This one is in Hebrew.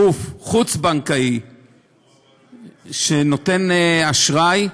גוף חוץ-בנקאי שנותן אשראי,